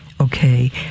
okay